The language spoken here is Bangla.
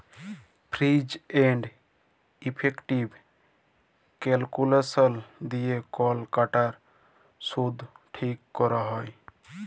ফিজ এলড ইফেকটিভ ক্যালকুলেসলস দিয়ে কল টাকার শুধট ঠিক ক্যরা হ্যয়